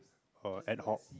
or ad hoc